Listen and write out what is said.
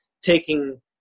taking